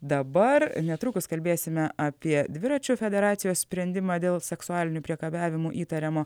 dabar netrukus kalbėsime apie dviračių federacijos sprendimą dėl seksualiniu priekabiavimu įtariamo